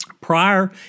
prior